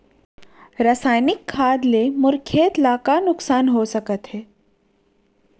रसायनिक खाद ले मोर खेत ला का नुकसान हो सकत हे?